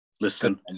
listen